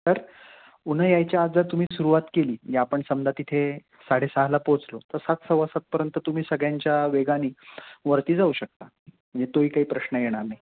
तर उन्हं यायच्या आज जर तुम्ही सुरुवात केली जर आपण समजा तिथे साडेसहाला पोचलो तर सात सव्वा सातपर्यंत तुम्ही सगळ्यांच्या वेगाने वरती जाऊ शकता म्हणजे तोही काही प्रश्न येणार नाही